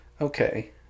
Okay